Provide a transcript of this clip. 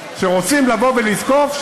כשרוצים לבוא ולתקוף,